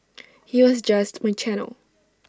he was just my channel